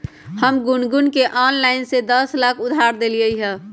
हम गुनगुण के ऑनलाइन से दस लाख उधार देलिअई ह